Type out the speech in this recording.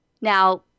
Now